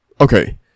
okay